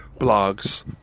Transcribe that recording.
blogs